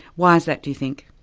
why is that, do you think?